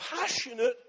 passionate